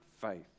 faith